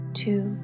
two